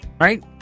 right